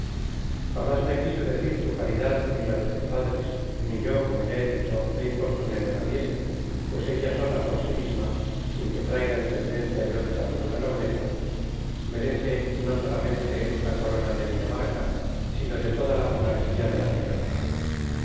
jamas me quiso decir su calidad ni la de sus padres ni yo como ya he dicho le importuné me la dijese pues ella sola por sí misma sin que traiga dependencia de otra alguna nobleza merece no solamente la corona de dinamarca sino de toda la monarquía de la tierra